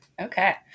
Okay